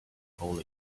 hole